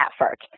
effort